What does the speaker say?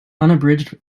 unabridged